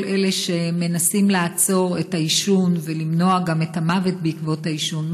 כל אלה שמנסים לעצור את העישון ולמנוע גם את המוות בעקבות העישון,